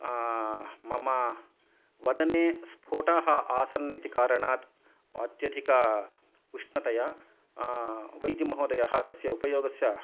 मम वदने स्फोटाः आसन् इति कारणात् अत्यधिक उष्णतया वैद्यमहोदयः तस्य उपयोगस्य